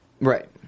right